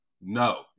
No